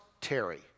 Terry